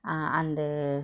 ah and the